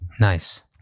Nice